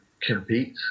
compete